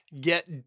get